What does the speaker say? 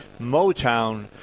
Motown